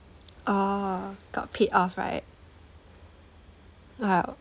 oh got paid off right !wow!